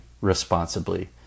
responsibly